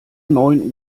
neun